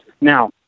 Now